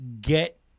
get